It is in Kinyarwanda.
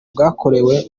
bwakorewe